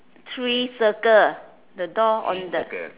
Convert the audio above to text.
three circle the door on the